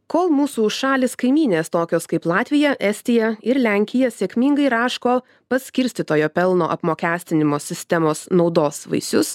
kol mūsų šalys kaimynės tokios kaip latvija estija ir lenkija sėkmingai raško paskirstytojo pelno apmokestinimo sistemos naudos vaisius